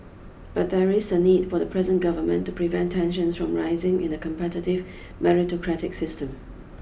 but there is a need for the present government to prevent tensions from rising in the competitive meritocratic system